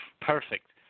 perfect